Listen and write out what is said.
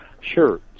Sure